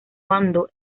cuando